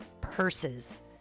purses